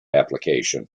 application